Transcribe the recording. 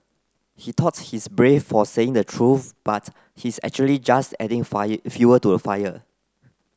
he thought he's brave for saying the truth but he's actually just adding fire fuel to the fire